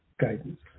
guidance